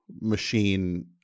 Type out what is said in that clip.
machine